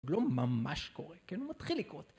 לא ממש קורה, כאילו מתחיל לקרות.